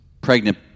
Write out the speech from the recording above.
pregnant